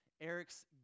Eric's